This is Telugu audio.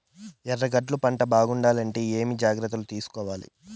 ఎర్రగడ్డలు పంట బాగుండాలంటే ఏమేమి జాగ్రత్తలు తీసుకొవాలి?